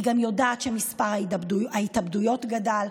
היא גם יודעת שמספר ההתאבדויות גדל,